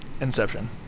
Inception